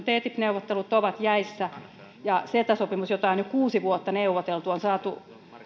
neuvottelut ovat jäissä ja ceta sopimus jota on jo kuusi vuotta neuvoteltu on saatu